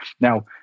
Now